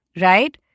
right